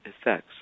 effects